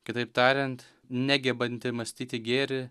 kitaip tariant negebanti mąstyti gėrį